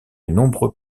nombreux